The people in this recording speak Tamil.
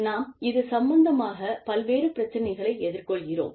நாம் இது சம்பந்தமாக பல்வேறு பிரச்சினைகளை எதிர்கொள்கிறோம்